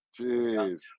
jeez